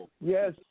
Yes